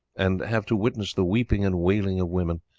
and have to witness the weeping and wailing of women.